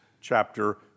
chapter